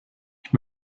ich